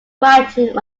writing